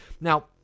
Now